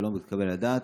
זה לא מתקבל על הדעת.